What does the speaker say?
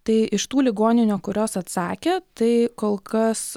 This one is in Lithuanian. tai iš tų ligoninių kurios atsakė tai kol kas